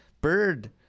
Bird